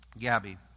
Gabby